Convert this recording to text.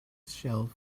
shelf